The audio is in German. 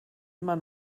immer